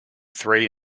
three